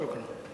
שוכראן.